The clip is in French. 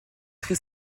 très